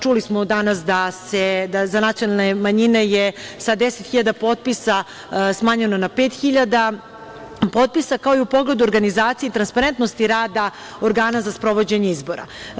Čuli smo danas da je za nacionalne manjine sa 10.000 potpisa smanjeno na 5.000 potpisa, kao i u pogledu organizacije i transparentnosti rada organa za sprovođenje izbora.